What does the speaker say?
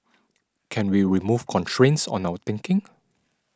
can we remove constraints on our thinking